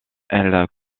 elle